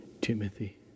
Timothy